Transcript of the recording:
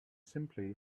simply